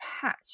patch